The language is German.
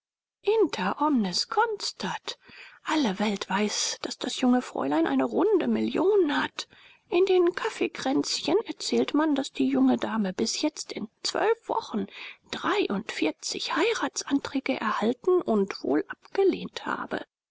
inter omnes constat alle welt weiß daß das junge fräulein eine runde million hat in den kaffekränzchen erzählt man daß die junge dame bis jetzt in zwölf wochen dreiundvierzig heiratsanträge erhalten und wohl abgelehnt habe